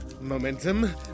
Momentum